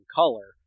color